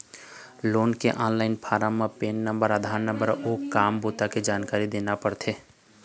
loan के online form म PAN number, Aadhaar number अउ काम बूता के जानकारी देना परथे